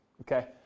okay